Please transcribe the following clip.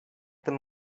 them